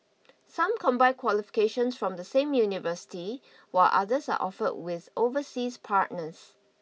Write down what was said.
some combine qualifications from the same university while others are offered with overseas partners